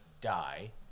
die